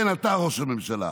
כן, אתה, ראש הממשלה,